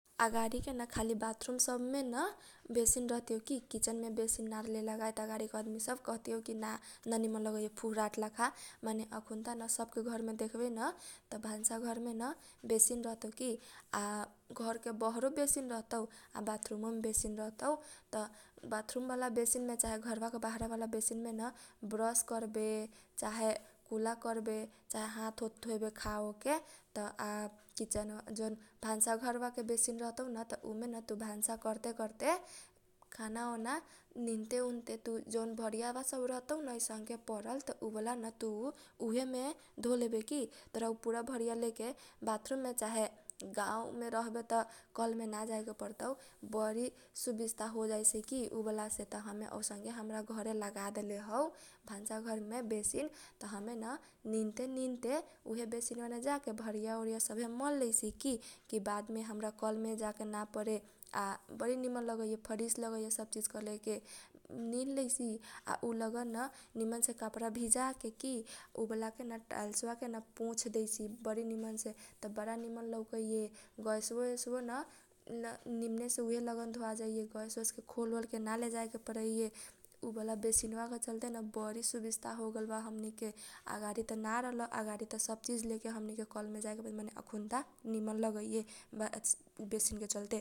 अगाडि के न खाली बाथरूम सब मे न बेसिन रहतियौ की किचन मेन बेसिन ना रह लै लगाएत अगाडि के आदमी सब कह तियौ ना निमन लगाइए फूहराट लाखा माने अखुन ता न सब के घर मे देखबेन त भानसा घरमे न बेसीन रहतौ की । आ घर के बहरो बेसी रहतौ आ बाथरूम मो मे बेसिन रहतौ त बाथरूम बाला बेसिन मे चाहे घर बा बाहरा बाला बेसिन मे न ब्रस करबे चाहे चाहे कुला करबे चाहे हात ओत धोयेबे खा ओ के त आ किचेन चाहे भान्सा घर वा के बेसिन रह तौ न त तु भान्सा कर्ते करते खाना ओना निन ते उनते जौन भरीया बा सब रहतौ न आइ सनके परल। त उ वाला न तु उहे मे धोलेबे की तोरा उ पुरा भरीया लेके बाथरुम मे चाहे गाउँ मे रहबे त कलमे ना जाए के परतौ। बरी सुबीस ता होजाइ की उ बाला से त हमे अउसनके हमरा घरे लगा देले हौ भानसा घरमे बेसीन त हमे न निनते निनते उहे बेसिन वा मे जाके बरीया ओरीया सबे मल लेइसी की बादमे हमरा कलमे जाएके ना परे आ बरी निमन लगैये फरीस लगैये सब चिज करे के निन लेइसी आ उ लगन निमन से कपडा भिजा के की उ बाला के न टयेलसबा केन पोछ देइसी बरी निमन से। त बारा निम्न लौकैए गैसबो ओएसबो न निमने से उहे लगन धोवा जाइये गैस औस के खोल ओल के ना लेजाए के परैए उ बाला बेसिन वा के चलतेन बरी सुबिस ता होगेल बा हमनी अगाडि त ना रहल अगाडि त सब चिज लेके हमनी के कल मे जाइत रहली माने अखुनता निमन लगैए बेसिन के चलते।